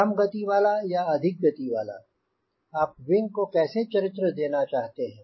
कम गति वाला या अधिक गति वाला आप विंग को कैसे चरित्र देना चाहते हैं